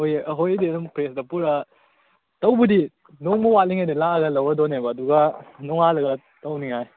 ꯍꯣꯏꯌꯦ ꯑꯩꯈꯣꯏꯗꯤ ꯑꯗꯨꯝ ꯐ꯭ꯔꯤꯖꯇ ꯄꯨꯔꯥ ꯇꯧꯕꯨꯗꯤ ꯅꯣꯡꯃ ꯋꯥꯠꯂꯤꯉꯩꯗꯩ ꯂꯥꯛꯑ ꯂꯧꯔꯗꯣꯏꯅꯦꯕ ꯑꯗꯨꯒ ꯅꯣꯉꯥꯜꯂꯒ ꯇꯧꯅꯤꯡꯉꯥꯏ